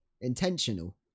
Intentional